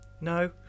No